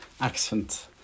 accent